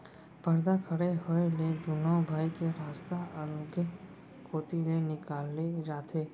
परदा खड़े होए ले दुनों भाई के रस्ता अलगे कोती ले निकाले जाथे